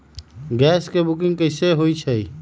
Gas के booking कैसे होईछई?